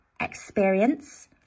experience